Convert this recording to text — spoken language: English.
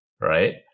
right